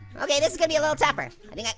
okay, this is gonna be a lil' tougher. i mean like